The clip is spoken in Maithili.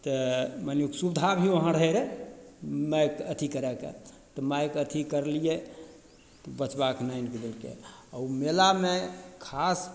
तऽ मानिलियौ सुविधा भी वहाँ रहय रऽ माइक अथी करयके तऽ माइक अथी करलियै बचबाके आनि कऽ देलकय ओ मेलामे खास